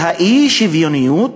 והאי-שוויוניות